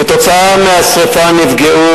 כתוצאה מהשרפה נפגעו,